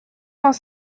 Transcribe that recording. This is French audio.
vingt